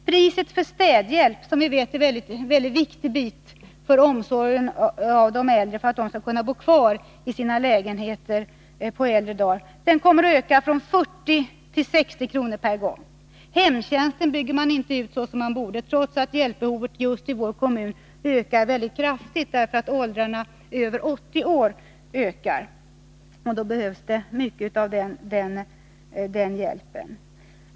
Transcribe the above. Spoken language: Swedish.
Priset för städhjälp — som vi vet är en mycket viktig del av omsorgen om de äldre, viktig för att de skall kunna bo kvar i sina lägenheter på äldre dagar — kommer att öka från 40 till 60 kr. per gång. Hemtjänsten bygger man inte ut såsom man borde, trots att hjälpbehovet just i vår kommun ökar mycket kraftigt, därför att antalet människor i åldrarna över 80 år ökar. Och då behövs mycket hemhjälp.